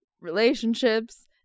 relationships